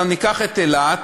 עכשיו, ניקח את אילת,